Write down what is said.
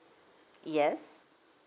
yes